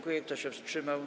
Kto się wstrzymał?